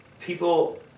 people